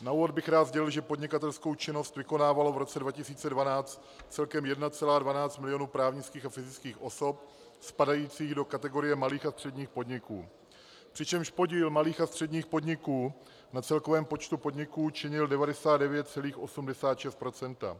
Na úvod bych rád sdělil, že podnikatelskou činnost vykonávalo v roce 2012 celkem 1,12 mil. právnických a fyzických osob spadajících do kategorie malých a středních podniků, přičemž podíl malých a středních podniků na celkovém počtu podniků činil 99,86 %.